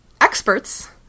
experts